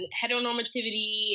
heteronormativity